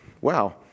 Wow